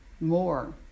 more